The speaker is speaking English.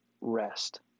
rest